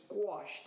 squashed